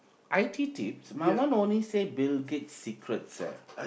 I_T tips my one only say Bill-Gates secrets eh